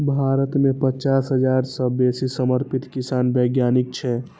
भारत मे पचास हजार सं बेसी समर्पित कृषि वैज्ञानिक छै